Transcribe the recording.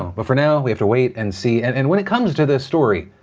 but for now we have to wait and see. and and when it comes to this story,